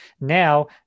Now